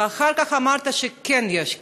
ואחר כך אמרת שכן יש קשר.